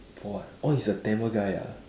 orh orh he's a Tamil guy ah